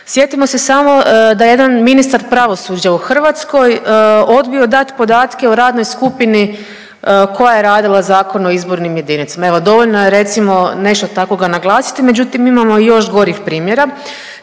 Sjetimo se samo da jedan ministar pravosuđa u Hrvatskoj odbio dati podatke o radnoj skupini koja je radila Zakon o izbornim jedinicama. Evo dovoljno je recimo nešto takvoga naglasiti, međutim imamo i još gorih primjera.